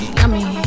yummy